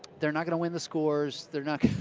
they're not going to win the scores, they're not going